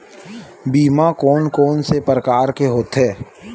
बीमा कोन कोन से प्रकार के होथे?